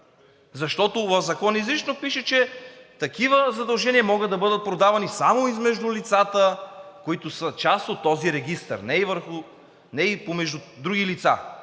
защото в Закона изрично пише, че такива задължения могат да бъдат продавани само измежду лицата, които са част от този регистър, но не и между други лица.